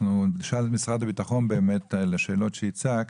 אנחנו נשאל את משרד הביטחון את השאלות שהצגת.